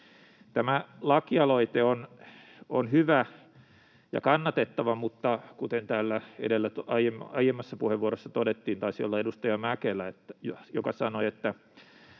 Tämä lakialoite on hyvä ja kannatettava, mutta kuten täällä edellä aiemmassa puheenvuorossa todettiin — taisi olla edustaja Mäkelä, joka sen